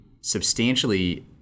substantially